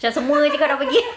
macam semua jer kau dah pergi